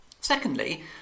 Secondly